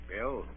Bill